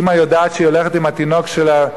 אמא יודעת שהיא הולכת עם התינוק שלה,